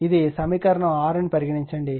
ఇది సమీకరణం 6 అని పరిగణించండి